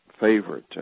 favorite